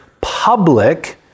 public